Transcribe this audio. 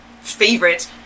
favorite